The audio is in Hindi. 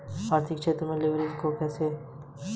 आर्थिक क्षेत्र में लिवरेज को कैसे परिभाषित करेंगे?